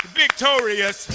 victorious